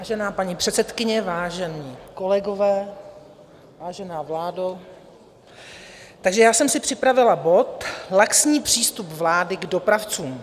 Vážená paní předsedkyně, vážení kolegové, vážená vládo, já jsem si připravila bod Laxní přístup vlády k dopravcům.